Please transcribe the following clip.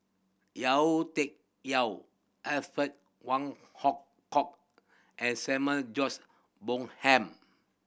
Yau Tian Yau Alfred Wong Hong Kwok and Samuel George Bonham